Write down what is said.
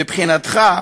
מבחינתך,